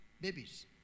babies